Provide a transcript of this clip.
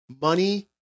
money